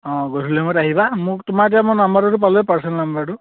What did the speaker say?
অঁ গধূলি সময়ত আহিব মোক তোমাৰ এতিয়া মই নাম্বাৰটোতো পালোৱে পাৰ্চনেল নাম্বাৰটো